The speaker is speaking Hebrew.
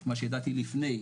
מה שידעתי לפני,